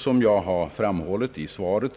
Som jag har framhållit i svaret,